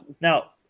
Now